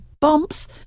bumps